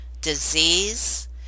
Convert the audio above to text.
disease